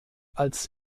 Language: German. als